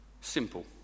Simple